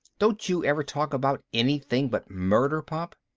don't you ever talk about anything but murder, pop?